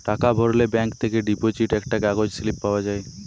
টাকা ভরলে ব্যাঙ্ক থেকে ডিপোজিট একটা কাগজ স্লিপ পাওয়া যায়